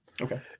Okay